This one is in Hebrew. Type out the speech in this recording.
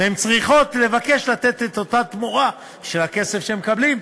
והן צריכות לבקש לתת את אותה תמורה על הכסף שהם מקבלים,